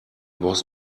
was